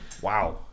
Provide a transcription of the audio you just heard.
Wow